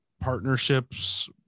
partnerships